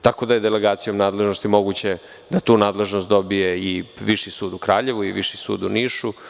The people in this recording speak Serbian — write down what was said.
Tako da je delegacijom nadležnosti moguće da tu nadležnost dobije i Viši sud u Kraljevu, ili u Nišu.